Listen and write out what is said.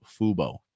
Fubo